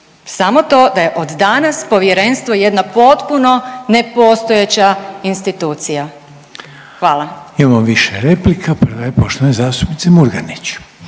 Samo to da je od danas Povjerenstvo jedna potpuno nepostojeća institucija. Hvala.